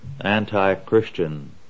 anti-Christian